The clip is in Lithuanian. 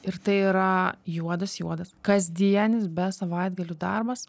ir tai yra juodas juodas kasdienis be savaitgalių darbas